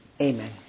Amen